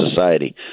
society